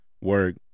work